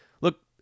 Look